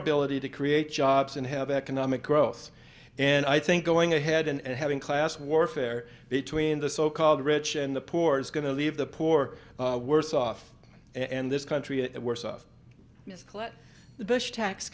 ability to create jobs and have economic growth and i think going ahead and having class warfare between the so called rich and the poor is going to leave the poor worse off and this country it worse off